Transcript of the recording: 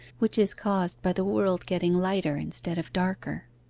which is caused by the world getting lighter instead of darker.